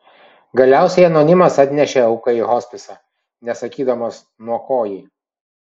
galiausiai anonimas atnešė auką į hospisą nesakydamas nuo ko ji